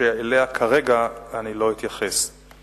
שאליה אני לא אתייחס כרגע.